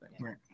Right